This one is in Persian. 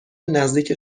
نزدیک